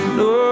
no